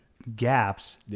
gaps